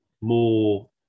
more